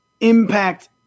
impact